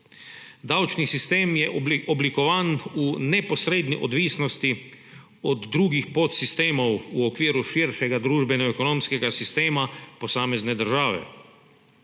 Davčni sistem je oblikovan v neposredni odvisnosti od drugih podsistemov v okviru širšega družbenega, ekonomskega sistema posamezne države.